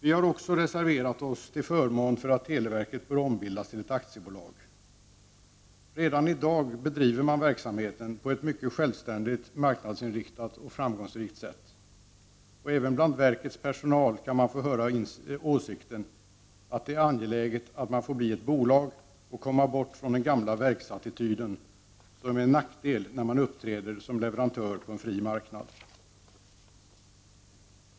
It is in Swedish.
Vi har också reserverat oss till förmån för att televerket bör ombildas till ett aktiebolag. Redan i dag bedriver man verksamheten på ett mycket självständigt, marknadsinriktat och framgångsrikt sätt. Även bland verkets personal kan man få höra åsikten att det är angeläget att televerket får bli ett bolag och komma bort från den gamla verksattityden, vilken är en nackdel när man uppträder som leverantör på en fri marknad.